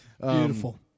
Beautiful